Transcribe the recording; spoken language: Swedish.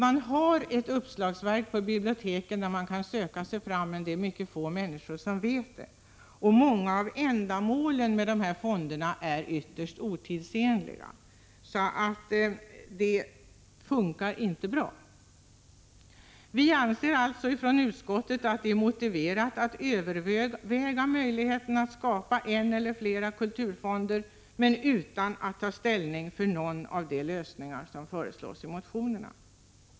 Det finns ett uppslagsverk på biblioteken i vilket man kan söka sig fram, men det är mycket få människor som vet det. Många av ändamålen 23 med fonderna är också ytterst otidsenliga. Nuvarande system med fonder fungerar därför inte bra. Utskottet anser således att det är motiverat att man överväger möjligheten att skapa en eller flera kulturfonder, men utan att ta ställning för någon av de lösningar som föreslås i motionerna.